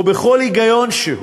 ובכל היגיון שהוא.